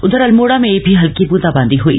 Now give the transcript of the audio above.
उधर अल्मोड़ा में भी हल्की ब्रंदाबांदी हुई